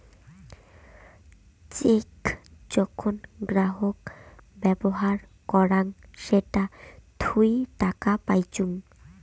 check যখন গ্রাহক ব্যবহার করাং সেটা থুই টাকা পাইচুঙ